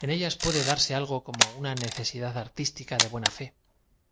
en ellas puede darse algo como una necesidad artística de buena fe